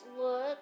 look